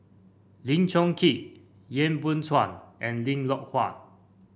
Lim Chong Keat Yap Boon Chuan and Lim Loh Huat